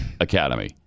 Academy